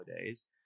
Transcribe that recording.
days